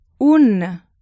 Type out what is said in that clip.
Un